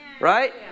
right